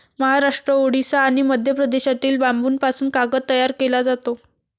महाराष्ट्र, ओडिशा आणि मध्य प्रदेशातील बांबूपासून कागद तयार केला जातो